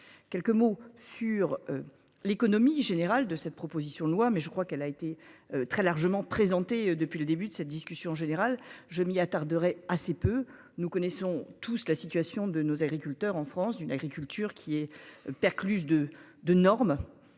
Quelques mots sur. L'économie générale de cette proposition de loi mais je crois qu'elle a été très largement présenté depuis le début de cette discussion générale je m'y attarderai assez peu. Nous connaissons tous la situation de nos agriculteurs en France d'une agriculture qui est percluse de de normes